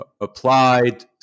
applied